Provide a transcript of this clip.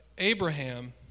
Abraham